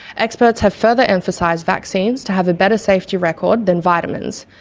experts have further emphasised vaccines to have a better safety record than vitamins,